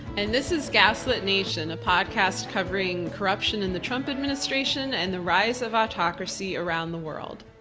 and this is gaslit nation, a podcast covering corruption in the trump administration and the rise of autocracy around the world.